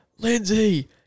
Lindsay